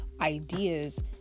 ideas